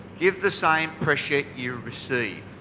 give the same pressure you receive.